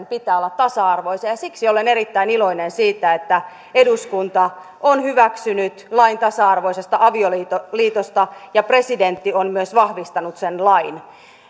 pitää olla tasa arvoisia siksi olen erittäin iloinen siitä että eduskunta on hyväksynyt lain tasa arvoisesta avioliitosta avioliitosta ja presidentti on myös vahvistanut sen lain